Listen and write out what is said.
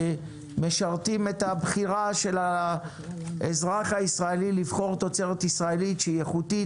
משרתים את הבחירה של האזרח הישראלי לבחור תוצרת ישראלית שהיא איכותית,